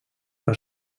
per